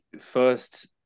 first